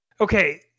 Okay